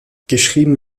geschrieben